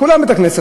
כולם בית-הכנסת,